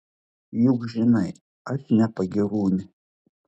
juk žinai aš ne pagyrūnė